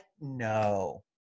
no